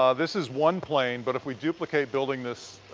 um this is one plane, but if we duplicate building this